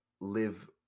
live